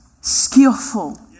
skillful